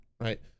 right